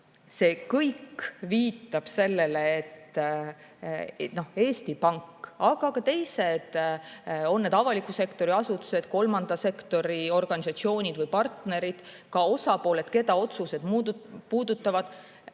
See kõik viitab sellele, et Eesti Pank, aga ka teised, on need avaliku sektori asutused, kolmanda sektori organisatsioonid või partnerid, ka osapooled, keda otsused puudutavad,